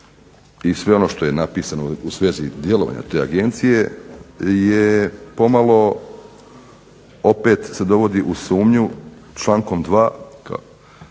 i sve ono što je napisano u svezi djelovanja te agencije je pomalo opet se dovodi u sumnju člankom 2. koji